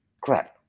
crap